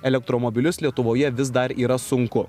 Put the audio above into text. elektromobilius lietuvoje vis dar yra sunku